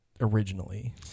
originally